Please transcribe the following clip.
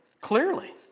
Clearly